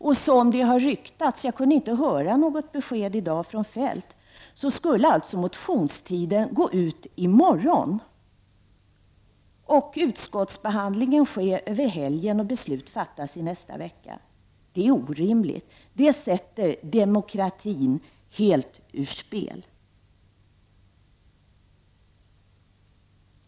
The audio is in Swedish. Och som det har ryktats — jag kunde inte höra något besked i dag från Kjell-Olof Feldt — skulle alltså motionstiden gå ut i morgon och utskottsbehandlingen ske över helgen och beslut fattas i nästa vecka. Det är orimligt, det sätter demokratin helt ur spel.